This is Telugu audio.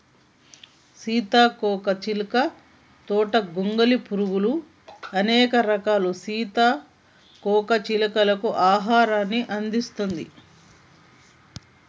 సీతాకోక చిలుక తోట గొంగలి పురుగులు, అనేక రకాల సీతాకోక చిలుకలకు ఆహారాన్ని అందిస్తుంది